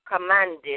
commanded